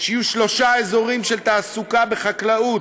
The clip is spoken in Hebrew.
שיהיו שלושה אזורים של תעסוקה בחקלאות,